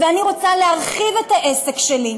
ואני רוצה להרחיב את העסק שלי,